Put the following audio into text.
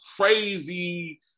Crazy